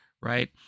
right